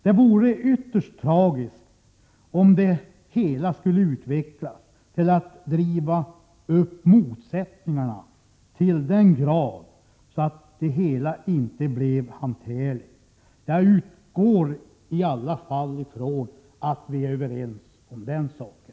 Det vore ytterligt tragiskt om motsättningarna drevs upp till den grad att frågan inte blir hanterlig. Jag utgår i alla fall från att vi är överens om den saken.